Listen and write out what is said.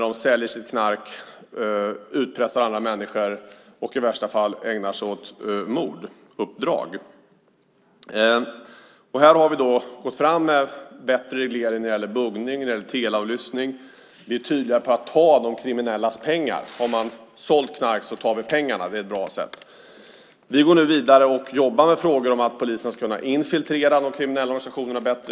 De säljer sitt knark, utpressar andra människor och ägnar sig i värsta fall åt morduppdrag. Här har vi då gått fram med bättre reglering när det gäller buggning, när det gäller teleavlyssning. Vi är tydliga med att ta de kriminellas pengar. Har man sålt knark tar vi pengarna. Det är ett bra sätt. Vi går nu vidare och jobbar med frågor om att polisen ska kunna infiltrera de kriminella organisationerna bättre.